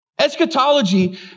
eschatology